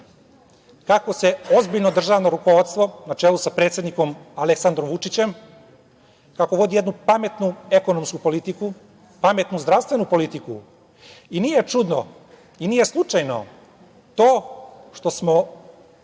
kako se ozbiljno državno rukovodstvo, na čelu sa predsednikom Aleksandrom Vučićem, kako vodi jednu pametnu ekonomsku politiku, pametnu zdravstvenu politiku i nije čudno i nije slučajno to što smo u